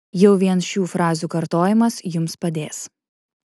jau vien šių frazių kartojimas jums padės